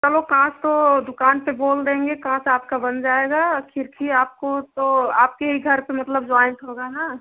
चलो काँच तो दुकान पर बोल देंगे काँच आपकी बन जाएगी खिड़की आपको तो आपके ही घर पर मतलब जॉइन्ट होगा ना